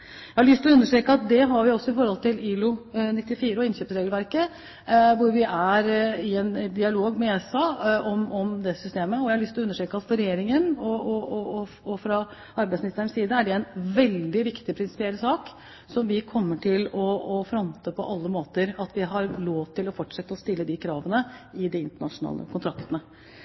har vi også når det gjelder ILO-94 og innkjøpsregelverket, og vi er i en dialog med ESA om det systemet. Jeg har lyst til å understreke at for Regjeringen og for arbeidsministeren er det at vi har lov til å fortsette å stille disse kravene i de internasjonale kontraktene, en veldig viktig prinsipiell sak som vi kommer til å fronte på alle måter. Jeg kan ikke si noe mer annet enn at jeg, ikke overraskende, deler målsettingen til